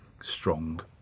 strong